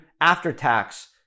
after-tax